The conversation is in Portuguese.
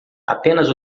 apenas